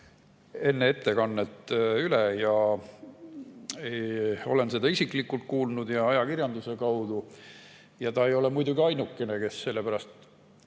enne ettekannet üle ja olen seda kuulnud isiklikult ja ajakirjanduse kaudu. Ta ei ole muidugi ainukene, kes selle pärast